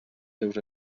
seus